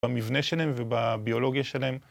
במבנה שלהם ובביולוגיה שלהם